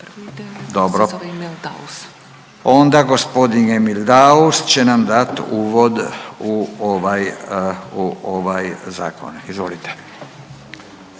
ne čuje se./… Dobro, onda gospodin Emil Daus će nam dati uvod u ovaj zakon. Izvolite.